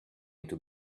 into